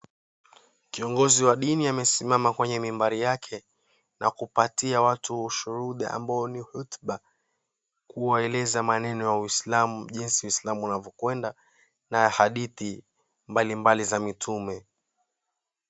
Kiongozi wa dini amesimama kwenye mibari yake na kupatia watu ushuhuda ambao ni hotuba kuwaelezea maneno ya uisilamu, jinsi uislamu unavyokwenda na hadizi mbalimbali za mitume